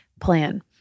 plan